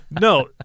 No